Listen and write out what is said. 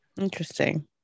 interesting